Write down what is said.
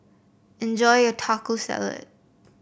enjoy your Taco Salad